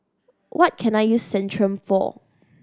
what can I use Centrum for